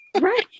Right